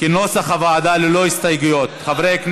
אנחנו עוברים להצבעה מסעיף 23 עד 32,